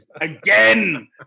Again